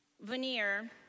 Veneer